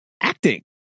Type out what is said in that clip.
acting